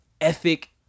ethic